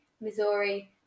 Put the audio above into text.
Missouri